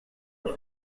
fait